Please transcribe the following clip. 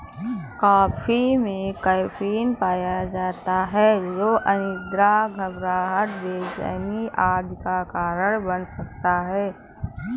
coffee में caffeine पाया जाता है जो अनिद्रा, घबराहट, बेचैनी आदि का कारण बन सकता है